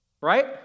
Right